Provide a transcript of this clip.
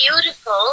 beautiful